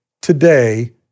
today